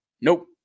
Nope